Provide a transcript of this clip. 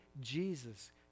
Jesus